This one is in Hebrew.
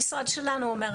המשרד שלנו אומר,